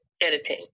editing